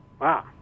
wow